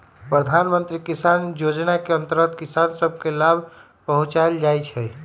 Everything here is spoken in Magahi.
प्रधानमंत्री किसान जोजना के अंतर्गत किसान सभ के लाभ पहुंचाएल जाइ छइ